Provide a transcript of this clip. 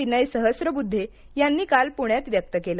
विनयसहस्रबुद्धे यांनी काल पुण्यात व्यक्त केलं